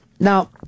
Now